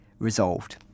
Resolved